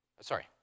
sorry